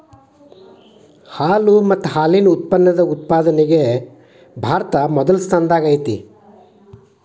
ಹಾಲು ಮತ್ತ ಹಾಲಿನ ಉತ್ಪನ್ನದ ಉತ್ಪಾದನೆ ಒಳಗ ಭಾರತಾ ಮೊದಲ ಸ್ಥಾನದಾಗ ಐತಿ